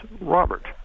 Robert